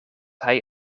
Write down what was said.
hij